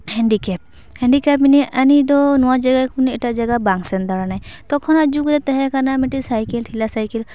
handicap handicap ᱟᱱᱤ ᱟᱱᱤ ᱫᱚ ᱱᱚᱣᱟ ᱡᱟᱭᱜᱟ ᱠᱷᱚᱱ ᱮᱴᱟᱜ ᱡᱟᱭᱜᱟ ᱵᱟᱝ ᱥᱮᱱ ᱫᱟᱲᱮᱱᱟᱭ ᱛᱚᱠᱷᱚᱱᱟᱜ ᱡᱩᱜᱽ ᱨᱮ ᱛᱟᱦᱮᱸ ᱠᱟᱱᱟ ᱢᱤᱜᱴᱤᱡ ᱥᱟᱭᱠᱮᱞ ᱴᱷᱮᱞᱟ ᱥᱟᱭᱠᱮᱞ